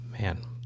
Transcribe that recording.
Man